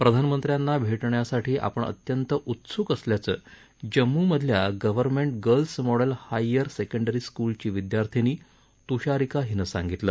प्रधानमंत्र्यांना भेटण्यासाठी आपण अत्यंत उत्सुक असल्याचं जम्मु मधल्या government girls model higher secondary स्कूलची विद्यार्थिनी तुषारीका हिनं सांगितलं